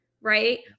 Right